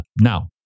Now